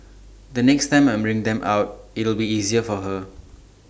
the next time I bring them out it'll be easier for her